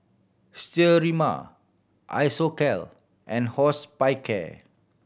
Sterimar Isocal and Hospicare